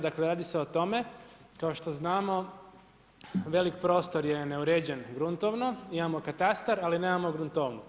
Dakle radi se o tome kao što znamo velik prostor je neuređen gruntovno, imamo katastar ali nemamo gruntovnu.